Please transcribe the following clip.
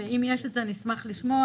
ואם יש את זה אני אשמח לשמוע,